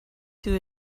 two